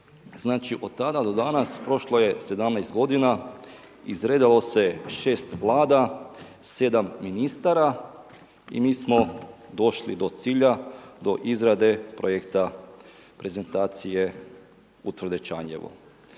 od tada do danas prošlo je 17 godina, izredalo se 6 Vlada, 7 ministara i mi smo došli do cilja, do izrade projekta prezentacije .../Govornik